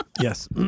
Yes